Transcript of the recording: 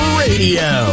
radio